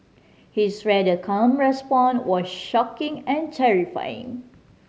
his rather calm response was shocking and terrifying